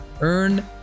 Earn